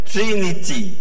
Trinity